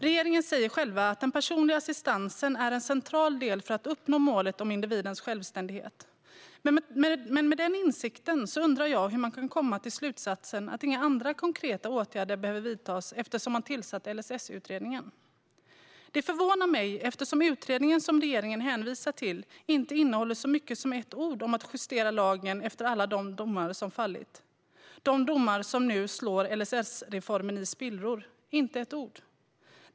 Regeringen säger själv att den personliga assistansen är en central del för att uppnå målet om individens självständighet. Men med den insikten undrar jag hur man kan komma till slutsatsen att inga andra konkreta åtgärder behöver vidtas eftersom man tillsatt LSS-utredningen. Det förvånar mig, eftersom direktiven till den utredning som regeringen hänvisar till inte innehåller så mycket som ett ord om att justera lagen efter alla de domar som fallit, de domar som nu slår LSS-reformen i spillror. Inte ett ord står det om detta.